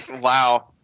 Wow